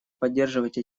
поддерживать